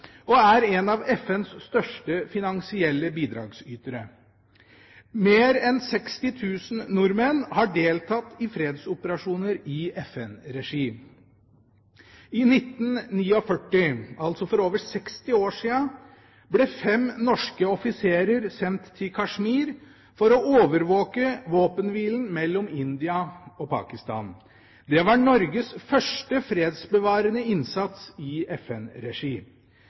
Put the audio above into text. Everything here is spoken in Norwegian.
og er en av FNs største finansielle bidragsytere. Mer enn 60 000 nordmenn har deltatt i fredsoperasjoner i FN-regi. I 1949, altså for over 60 år siden, ble fem norske offiserer sendt til Kashmir for å overvåke våpenhvilen mellom India og Pakistan. Det var Norges første fredsbevarende innsats i